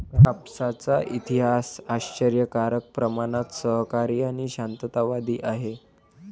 कापसाचा इतिहास आश्चर्यकारक प्रमाणात सहकारी आणि शांततावादी आहे